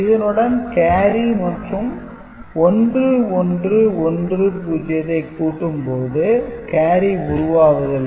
இதனுடன் கேரி மற்றும் 1110 ஐ கூட்டும் போது கேரி உருவாவதில்லை